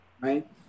right